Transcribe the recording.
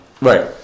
Right